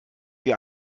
wir